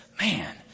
man